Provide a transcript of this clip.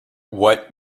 what